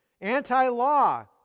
anti-law